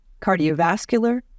cardiovascular